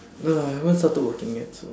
no no I haven't started working yet so